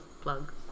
plug